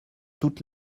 toute